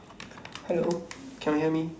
hello can you hear me